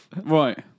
right